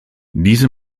diese